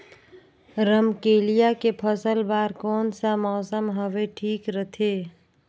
रमकेलिया के फसल बार कोन सा मौसम हवे ठीक रथे?